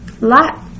Lot